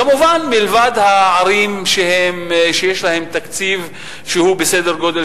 כמובן מלבד הערים שיש להן תקציב שהוא בסדר גודל